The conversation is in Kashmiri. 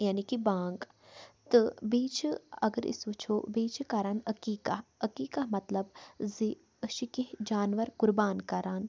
یعنے کہِ بانٛگ تہٕ بیٚیہِ چھِ اَگر أسۍ وٕچھو بیٚیہِ چھِ کَران عقیٖقَہ عقیٖقَہ مطلب زِ أسۍ چھِ کیٚنٛہہ جاناوَار قُربان کَران